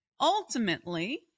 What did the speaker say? ultimately